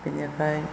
बिनिफ्राय